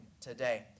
today